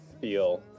feel